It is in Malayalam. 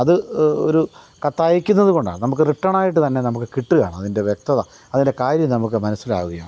അത് ഒരു കത്തയക്കുന്നത് കൊണ്ടാണ് നമുക്ക് റിട്ടർൻ ആയിട്ട് തന്നെ നമുക്ക് കിട്ടുകയാണ് അതിൻ്റെ വ്യക്തത അതിൻ്റെ കാര്യം നമുക്ക് മനസ്സിലാവുകയാണ്